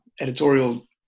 editorial